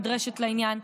נדרשת לעניין.